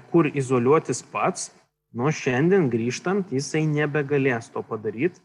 kur izoliuotis pats nuo šiandien grįžtant jisai nebegalės to padaryt